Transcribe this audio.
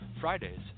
Fridays